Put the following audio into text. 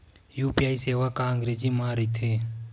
UPI सेवा का अंग्रेजी मा रहीथे?